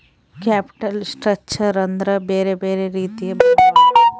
capital structure ಅಂದ್ರ ಬ್ಯೆರೆ ಬ್ಯೆರೆ ರೀತಿಯ ಬಂಡವಾಳ